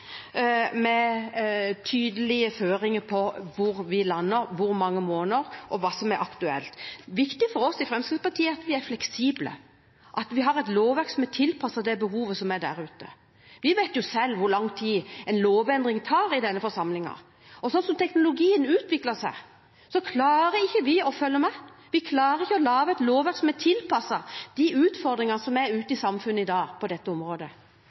med tydelige føringer på hvor vi lander, hvor mange måneder, og hva som er aktuelt. Det er viktig for oss i Fremskrittspartiet at vi er fleksible, og at vi har et lovverk som er tilpasset det behovet som er der ute. Vi vet jo selv hvor lang tid en lovendring tar i denne forsamlingen. Slik som teknologien utvikler seg, klarer vi ikke å følge med, vi klarer ikke å lage et lovverk som er tilpasset de utfordringene som er ute i samfunnet i dag på dette området.